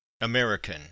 American